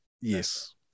yes